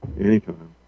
anytime